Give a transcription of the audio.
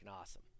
awesome